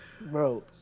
Bro